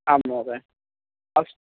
आम् महोदय अस्तु